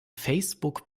facebook